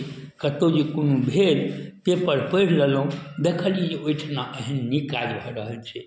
कतौ जे कोनो भेल पेपर पढ़ि लेलहुॅं देखलिए ओहिठिमा एहन नीक काज भऽ रहल छै